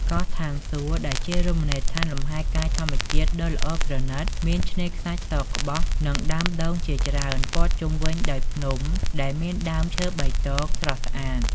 កោះឋានសួគ៌ ដែលជារមណីយដ្ឋានលំហែកាយធម្មជាតិដ៏ល្អប្រណិត មានឆ្នេរខ្សាច់សក្បុស និងដើមដូងជាច្រើន ព័ទ្ធជុំវិញដោយភ្នំដែលមានដើមឈើបៃតង ស្រស់ស្អាត។